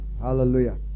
Hallelujah